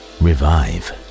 revive